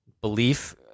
belief